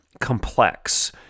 complex